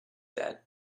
that